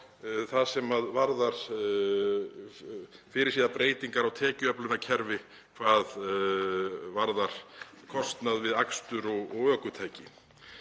það sem varðar fyrirséðar breytingar á tekjuöflunarkerfi hvað varðar kostnað við akstur og ökutæki.